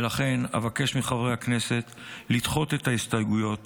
ואבקש מחברי הכנסת לדחות את ההסתייגויות